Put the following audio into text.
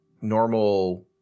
normal